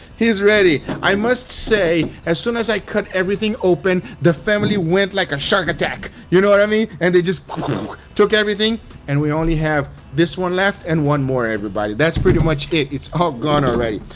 he's ready i must say as soon as i cut everything open the family went like a shark attack. you know what i mean? and they just took everything and we only have this one left and one more everybody. that's pretty much it it's all gone already.